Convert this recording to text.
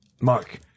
Mark